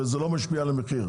וזה לא משפיע על המחיר.